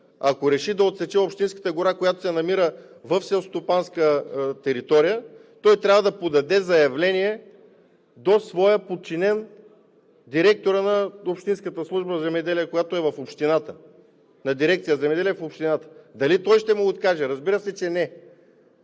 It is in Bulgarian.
ако реши да отсече общинската гора, която се намира в селскостопанска територия, той трябва да подаде заявление до своя подчинен – директорът на Общинската служба „Земеделие“, която е в общината, на дирекция „Земеделие“ в общината. Дали той ще му откаже? Разбира се, че не.